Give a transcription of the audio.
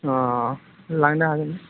अ लांनो हागोन